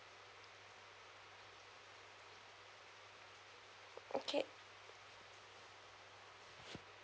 okay